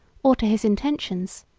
or to his intentions.